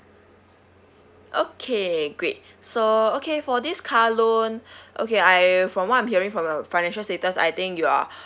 okay great so okay for this car loan okay I from what I'm hearing from your financial status I think you are